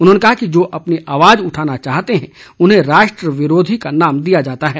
उन्होंने कहा कि जो अपनी आवाज उठाना चाहते हैं उन्हें राष्ट्र विरोधी का नाम दिया जाता है